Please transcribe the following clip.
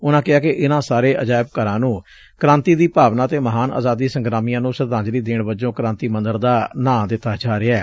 ਉਨਾਂ ਕਿਹਾ ਕਿ ਇਨਾਂ ਸਾਰੇ ਅਜਾਇਬ ਘਰਾ ਨੂੰ ਕੂਾਂਤੀ ਦੀ ਭਾਵਨਾ ਅਤੇ ਮਹਾਨ ਅਜਾਦੀ ਸੰਗਰਾਮੀਆਂ ਨੂੰ ਸ਼ਰਧਾਜਲੀ ਦੇਣ ਵਜਜਂ ਕ੍ਾਂਤੀ ਮੰਦਰ ਦਾ ਨਾ ਦਿੱਤਾ ਜਾ ਰਿਹੈ